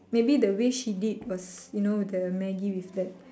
maybe the way she did was you know the Maggi with that